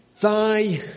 Thy